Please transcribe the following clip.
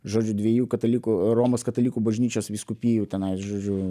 žodžiu dviejų katalikų romos katalikų bažnyčios vyskupijų tenais žožiu